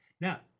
Now